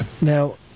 Now